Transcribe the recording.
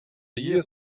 years